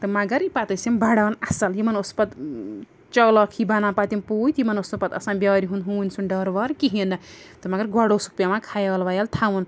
تہٕ مگر پَتہٕ ٲسۍ یِم بَڑھان اصٕل یِمَن اوس پَتہٕ چالاک ہی بَنان پَتہٕ یِم پوٗتۍ یِمَن اوس نہٕ پَتہٕ آسان بیٛارِ ہُنٛد ہوٗنۍ سُنٛد ڈَر وَر کِہیٖنۍ نہٕ تہٕ مگر گۄڈٕ اوسُکھ پیٚوان خَیال وَیال تھاوُن